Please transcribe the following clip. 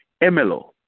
Emelo